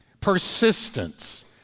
persistence